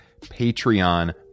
Patreon